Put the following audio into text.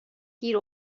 گیر